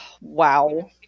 Wow